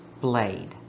blade